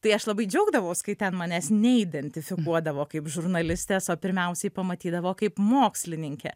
tai aš labai džiaugdavausi kai ten manęs neidentifikuodavo kaip žurnalistės o pirmiausiai pamatydavo kaip mokslininkę